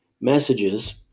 messages